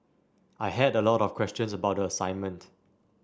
I had a lot of questions about the assignment